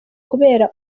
kubera